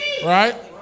Right